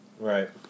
Right